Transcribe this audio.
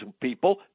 people